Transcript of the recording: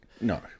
No